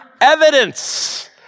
evidence